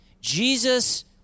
Jesus